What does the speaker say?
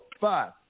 five